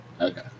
Okay